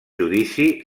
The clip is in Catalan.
judici